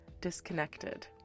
disconnected